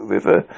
River